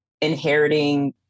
inheriting